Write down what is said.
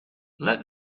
let